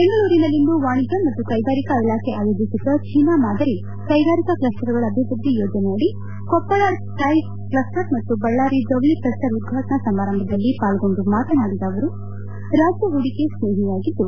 ಬೆಂಗಳೂರಿನಲ್ಲಿಂದು ವಾಣಿಜ್ಯ ಮತ್ತು ಕೈಗಾರಿಕಾ ಇಲಾಖೆ ಆಯೋಜಿಸಿದ್ದ ಚೀನಾ ಮಾದರಿ ಕೈಗಾರಿಕಾ ಕ್ಲಸ್ಟರ್ಗಳ ಅಭಿವೃದ್ದಿ ಯೋಜನೆಯಡಿ ಕೊಪ್ಪಳ್ ಟಾಯ್ಲ್ ಕಸ್ಟರ್ ಮತ್ತು ಬಳ್ಳಾರಿ ಜವಳಿ ಕ್ಲಸ್ಟರ್ ಉದ್ವಾಟನಾ ಸಮಾರಂಭದಲ್ಲಿ ಪಾಲ್ಗೊಂಡು ಮಾತನಾಡಿದ ಅವರು ರಾಜ್ಯ ಹೂಡಿಕೆ ಸ್ನೇಹಿಯಾಗಿದ್ದು